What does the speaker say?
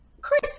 Chris